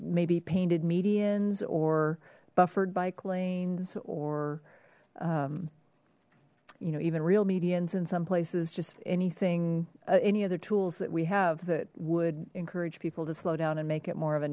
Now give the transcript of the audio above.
maybe painted medians or buffered bike lanes or you know even real medians in some places just anything any other tools that we have that would encourage people to slow down and make it more of a